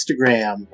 Instagram